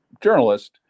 journalist